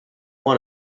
want